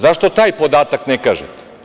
Zašto taj podatak ne kažete?